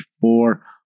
four